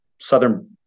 southern –